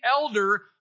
elder